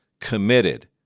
committed